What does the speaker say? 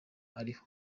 ariho